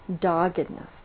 doggedness